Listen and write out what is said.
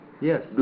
Yes